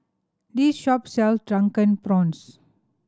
this shop sell Drunken Prawns